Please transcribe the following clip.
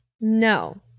no